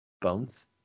Bones